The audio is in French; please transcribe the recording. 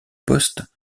poste